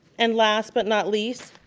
and last but not least.